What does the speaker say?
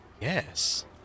Yes